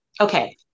Okay